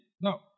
Now